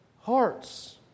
hearts